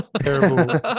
terrible